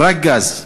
רק גז.